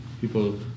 people